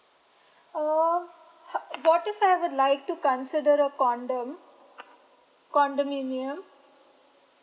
or ha~ what if I would like to consider a condo condominium